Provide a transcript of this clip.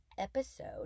Episode